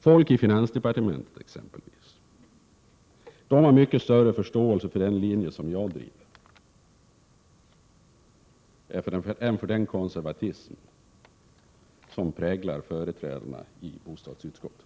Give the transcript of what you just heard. Folk i finansdepartementet exempelvis har mycket större förståelse för den linje som jag driver än för den konservatism som präglar företrädarna i bostadsutskottet.